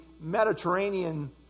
Mediterranean